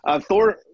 Thor –